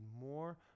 more